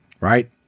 Right